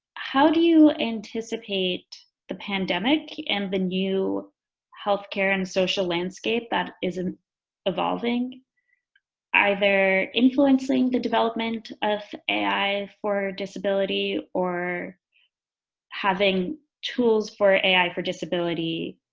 how do you anticipate the pandemic and the new healthcare and social landscape that isn't evolving either influencing the development of ai for disability or having tools for ai for disability